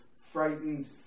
frightened